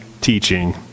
teaching